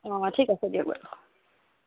অ ঠিক আছে দিয়ক বাৰু